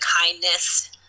kindness